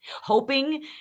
Hoping